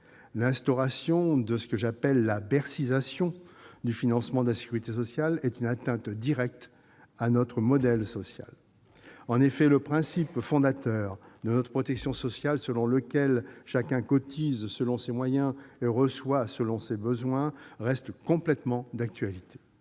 L'instauration de ce que j'appelle la « bercysation » du financement de la sécurité sociale est une atteinte directe à notre modèle social. Exact ! En effet, le principe fondateur de notre protection sociale, en vertu duquel « chacun cotise selon ses moyens et reçoit selon ses besoins », reste parfaitement d'actualité.